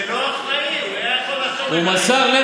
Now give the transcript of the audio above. זה לא אחראי, הוא יכול היה לעצום עיניים.